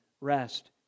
rest